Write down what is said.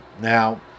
now